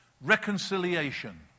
reconciliation